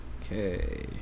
Okay